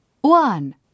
One